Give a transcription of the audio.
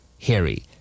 Harry